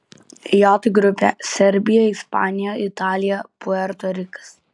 j grupė serbija ispanija italija puerto rikas